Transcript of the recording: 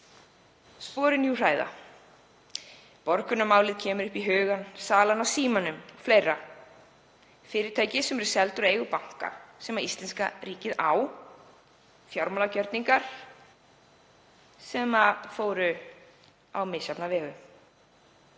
Sporin hræða. Borgunarmálið kemur upp í hugann. Salan á Símanum o.fl., fyrirtæki sem eru seld úr eigu banka sem íslenska ríkið á; fjármálagjörningar sem fóru á misjafna vegu.